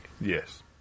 yes